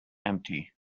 empty